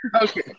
Okay